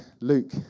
Luke